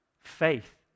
faith